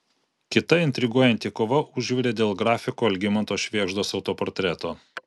kita intriguojanti kova užvirė dėl grafiko algimanto švėgždos autoportreto